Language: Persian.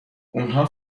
اونها